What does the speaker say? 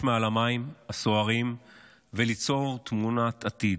מעל המים הסוערים וליצור תמונת עתיד.